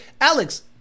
Alex